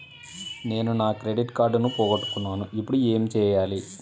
నేను నా క్రెడిట్ కార్డును పోగొట్టుకున్నాను ఇపుడు ఏం చేయాలి?